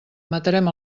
matarem